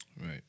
Right